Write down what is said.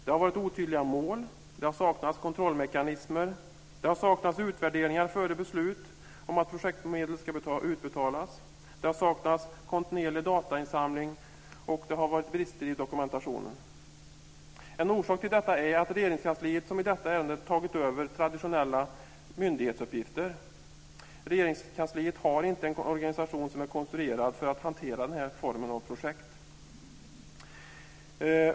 Det har varit otydliga mål. Det har saknats kontrollmekanismer. Det har saknats utvärderingar före beslut om att projektmedel ska utbetalas. Det har saknats kontinuerlig datainsamling och det har varit brister i dokumentationen. En orsak till detta är att Regeringskansliet, som i detta ärende, har tagit över traditionella myndighetsuppgifter. Regeringskansliet har inte en organisation som är konstruerad för att hantera den här formen av projekt.